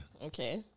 Okay